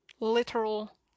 literal